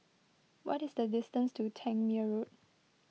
what is the distance to Tangmere Road